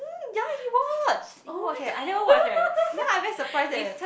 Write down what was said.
ya he watch he watch eh I never watch eh ya i very surprised eh